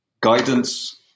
guidance